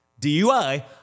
DUI